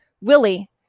willie